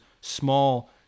small